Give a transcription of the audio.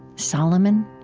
solomon?